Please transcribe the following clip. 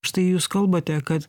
štai jūs kalbate kad